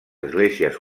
esglésies